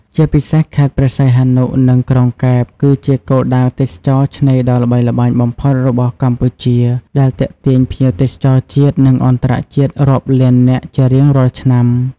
ជាពិសេសខេត្តព្រះសីហនុ និងក្រុងកែប គឺជាគោលដៅទេសចរណ៍ឆ្នេរដ៏ល្បីល្បាញបំផុតរបស់កម្ពុជា ដែលទាក់ទាញភ្ញៀវទេសចរជាតិ និងអន្តរជាតិរាប់លាននាក់ ជារៀងរាល់ឆ្នាំ។